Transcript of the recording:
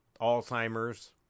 Alzheimer's